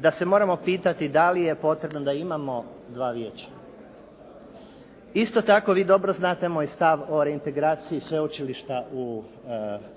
da se moramo pitati da li je potrebno da imamo dva vijeća. Isto tako vi dobro znate moj stav o reintegraciji sveučilišta u, instituta